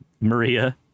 Maria